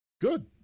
Good